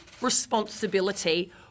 responsibility